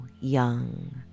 young